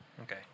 Okay